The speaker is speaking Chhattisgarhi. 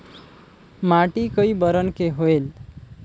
माटी कई बरन के होयल?